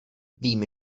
vím